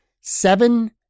Seven